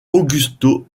augusto